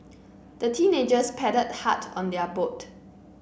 the teenagers paddled hard on their boat